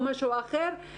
או משהו אחר,